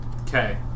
Okay